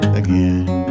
again